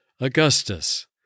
Augustus